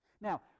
Now